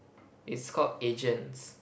it's called agents